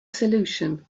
solution